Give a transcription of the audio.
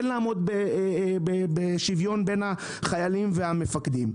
לעמוד בשוויון בין החיילים והמפקדים.